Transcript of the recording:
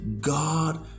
God